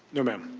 no ma'am.